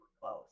close